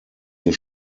hier